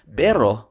pero